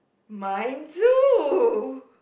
mine too